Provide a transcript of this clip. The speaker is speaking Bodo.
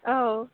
औ